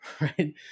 right